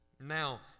Now